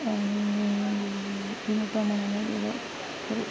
मला